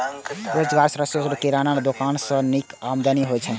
स्वरोजगारक रूप मे किराना दोकान सं नीक आमदनी होइ छै